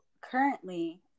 currently